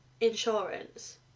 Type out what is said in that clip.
insurance